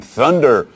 thunder